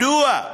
מדוע?